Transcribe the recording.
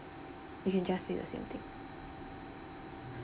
you can just say the same thing